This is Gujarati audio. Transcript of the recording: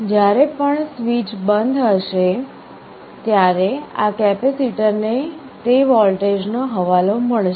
જ્યારે પણ સ્વીચ બંધ થશે ત્યારે આ કેપેસિટરને તે વોલ્ટેજનો હવાલો મળશે